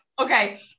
okay